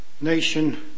nation